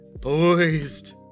poised